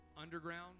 underground